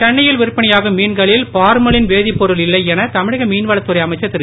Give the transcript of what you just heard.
சென்னையில் விற்பனையாகும் மீன்களில் பார்மலின் வேதிப் பொருள் இல்லை என தமிழக மீன்வளத்துறை அமைச்சர் திரு